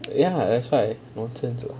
ya that's why nonsense lah